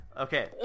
Okay